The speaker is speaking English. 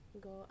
go